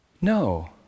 No